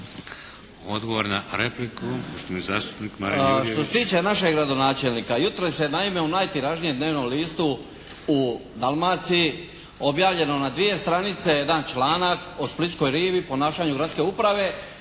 Odgovor na repliku poštovani zastupnik Marin Jurjević.